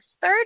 third